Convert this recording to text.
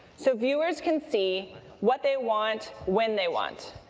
so viewers can see what they want when they want.